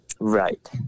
Right